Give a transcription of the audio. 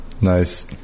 nice